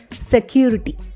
security